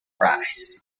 price